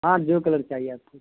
ہاں جو کلر چاہیے آپ کو